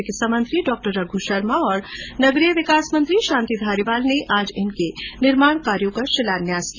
चिकित्सा मंत्री डॉ रघ् शर्मा और नगरीय विकास मंत्री शांति धारीवाल ने आज इनके निर्माण कार्यो का शिलान्यास किया